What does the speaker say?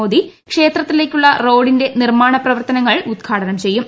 മോദി ക്ഷേത്രത്തിലേക്കുള്ള റോഡിന്റെ നിർമ്മാണ പ്രവർത്തനങ്ങൾ ഉദ്ഘാടനം ചെയ്യും